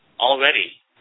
already